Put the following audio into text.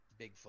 bigfoot